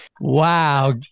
wow